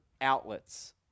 outlets